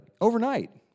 overnight